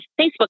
Facebook